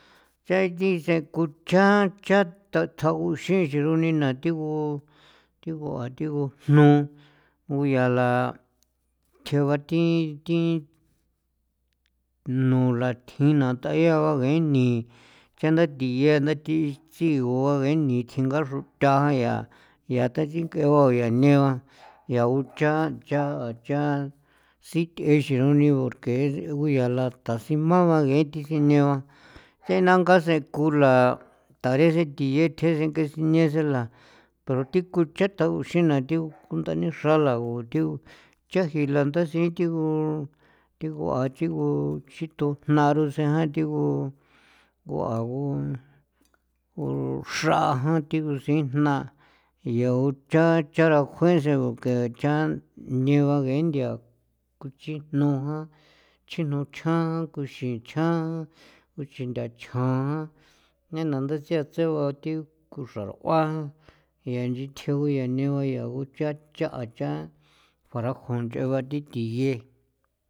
Cha thi se kucha cha ta tsjaguxin chi ni xruni na thigu thigu gujnuu ngu yala chje ba thi thi nola thji na taya ba ngee nii cha nda thiye a na thi tsiigoa yeni thinga xrotha ya yaata ding'ee ba ya ne ba ya un cha cha cha sith'exe oniro porque tsee ngu yala ta sima ba ngee thi sine ba thea nangaa see kon la tarexe thiye thjesen sine senla poro thi ku cha ta nguxina thi ngundani xra lagu thigu cha ji landa ndasi thigu thigu a chigu chitujna rusen a thigu nguagu gu xra jan thigu siijna yau cha cha rajuexin ngu que cha ne ba ngee nthia kuchijnu jan, chijnu chjan jan, kuxichjan jan, kuchinthachjan jan, nea na nda tsea tse ba thi kuxraroajan yaa inchi thjio ngu ya ne ba yaa ngucha'cha cha juarajun nch'ee ba thi thiye.